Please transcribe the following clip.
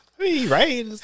Right